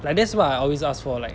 like that's what I always ask for like